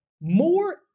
more